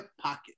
pocket